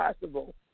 possible